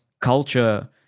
culture